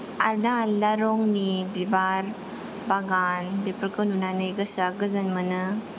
आलादा आलादा रंनि बिबार बागान बेफोरखौ नुनानै गोसोआ गोजोन मोनो